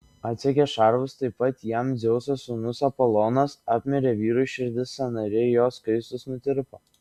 atsegė šarvus taip pat jam dzeuso sūnus apolonas apmirė vyrui širdis sąnariai jo skaistūs nutirpo